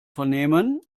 vernehmen